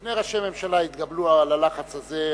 שני ראשי ממשלה התגברו על הלחץ הזה.